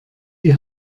die